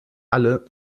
alle